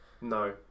No